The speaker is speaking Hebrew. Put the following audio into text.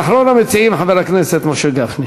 ואחרון המציעים, חבר הכנסת משה גפני.